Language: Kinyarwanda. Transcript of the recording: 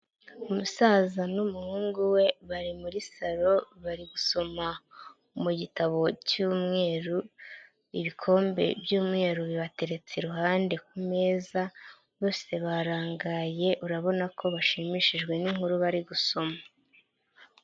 Umusaza n'umuhungu we bari muri salo bari gusoma mu gitabo cy'umweru, ibikombe by'umweru bibateretse iruhande ku meza bose barangaye urabona ko bashimishijwe n'inkuru bari gusoma.